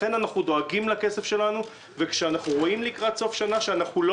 לכן אנחנו דואגים לכסף שלנו וכשאנחנו רואים לקראת סוף שנה שאנחנו לא